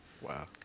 Wow